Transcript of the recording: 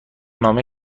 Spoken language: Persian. نامه